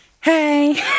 hey